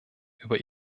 über